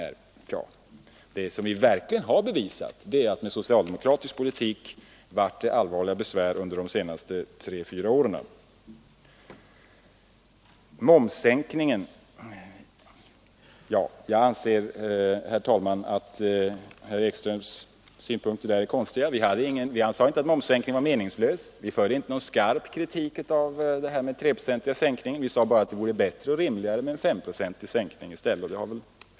Tja, det som vi verkligen har bevisat är att det med socialdemokratisk politik uppstått allvarliga besvär under de senaste tre å fyra åren. Herr Ekströms synpunkter på momssänkningen tycker jag är konstiga. Vi säger inte att momssänkningen var meningslös. Vi för inte fram någon skarp kritik mot den treprocentiga sänkningen, utan vi säger bara att det hade varit bättre och rimligare med en femprocentig sänkning i stället.